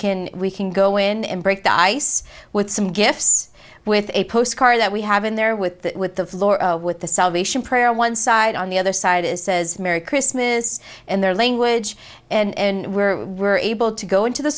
can we can go in and break the ice with some gifts with a postcard that we have in there with that with the floor with the salvation prayer on one side on the other side it says merry christmas and their language and where we were able to go into the